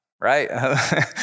right